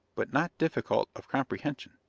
but not difficult of comprehension.